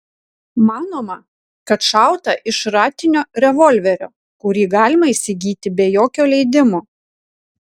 manoma kad šauta iš šratinio revolverio kurį galima įsigyti be jokio leidimo